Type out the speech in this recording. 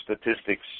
statistics